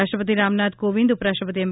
રાષ્ટ્રપતિ રામનાથ કોવિંદ ઉપરાષ્ટ્રપતિ એમ